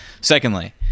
secondly